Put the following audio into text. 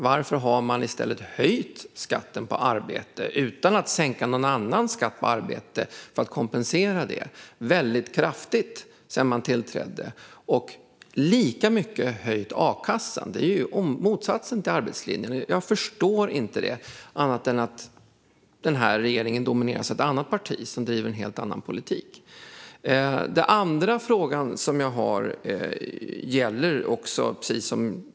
Varför har man i stället höjt skatten på arbete, utan att sänka någon annan skatt på arbete för att kompensera det, väldigt kraftigt sedan man tillträdde och höjt a-kassan lika mycket? Det är ju motsatsen till arbetslinjen. Jag kan inte förstå det på annat sätt än att den här regeringen domineras av ett annat parti som driver en helt annan politik. Min andra fråga gäller Sveriges bönder.